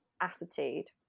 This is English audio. attitude